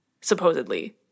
supposedly